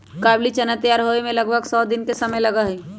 काबुली चना तैयार होवे में लगभग सौ दिन के समय लगा हई